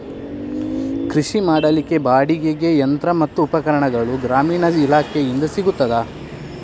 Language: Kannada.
ಕೃಷಿ ಮಾಡಲಿಕ್ಕೆ ಬಾಡಿಗೆಗೆ ಯಂತ್ರ ಮತ್ತು ಉಪಕರಣಗಳು ಗ್ರಾಮೀಣ ಇಲಾಖೆಯಿಂದ ಸಿಗುತ್ತದಾ?